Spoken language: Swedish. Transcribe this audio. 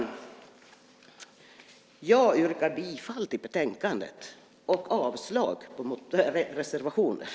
Jag yrkar bifall till förslagen i betänkandet och avslag på reservationerna.